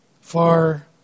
Far